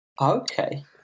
okay